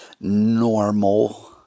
normal